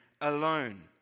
alone